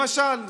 למשל,